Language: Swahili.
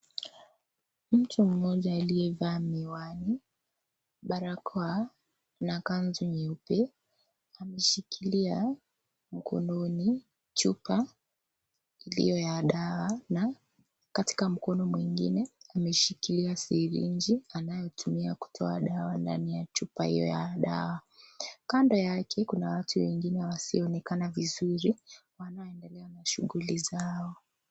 Mtu mmoja aliyevaa miwani , barakoa na kanzu nyeupe, ameshikilia mkononi chupa iliyo ya dawa na katika mkono mwengine ameshikilia sirinji anayotumia kutoa dawa ndani ya chupa hio ya dawa. Kando yake, kuna watu wengine wasioonekana vizuri wanaoendelea na shuguli zao.